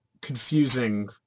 confusing